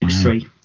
three